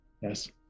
Yes